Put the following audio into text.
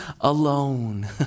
alone